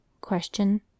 Question